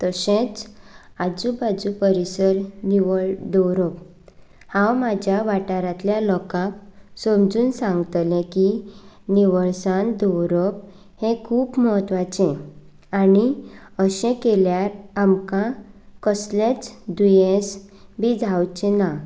तशेंच आजू बाजू परिसर निवळ दवरप हांव म्हाज्या वाठारांतल्या लोकांक समजून सांगतलें की निवळसाण दवरप हें खूब म्हत्वाचें आनी अशें केल्यार आमकां कसलेंच दुयेंस बी जावचें ना